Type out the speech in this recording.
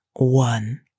One